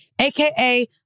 aka